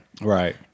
right